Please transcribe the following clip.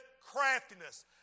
craftiness